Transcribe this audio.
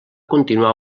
continuar